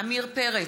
עמיר פרץ,